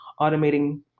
Automating